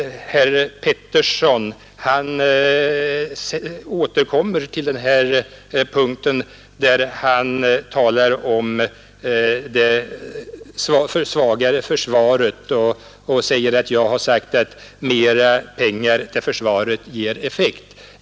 Herr Petersson i Gäddvik återkom till talet om det svagare försvaret och sade att jag har sagt att mera pengar till försvaret ger effekt.